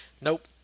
nope